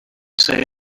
say